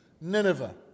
Nineveh